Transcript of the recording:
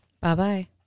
Bye-bye